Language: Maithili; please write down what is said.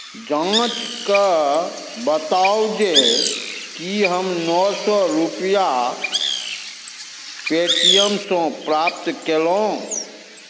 जाँच कऽ बताउ जे की हम नओ सए रुपैआ पे टी एम सँ प्राप्त केलहुॅं